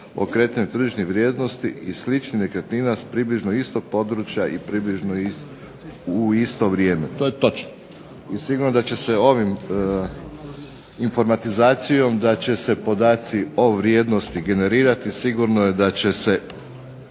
o kretanju tržišnih vrijednosti i sličnih nekretnina s približno istog područja i približno u isto vrijeme. To je točno. I sigurno da će se ovim informatizacijom da će se podaci o vrijednosti generirati, sigurno je da će se